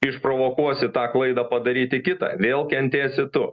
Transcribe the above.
išprovokuosi tą klaidą padaryti kitą vėl kentėsi tu